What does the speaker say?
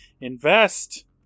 Invest